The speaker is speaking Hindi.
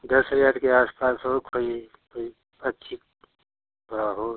दस हजार के आस पास हो कोई कोई अच्छी थोड़ा हो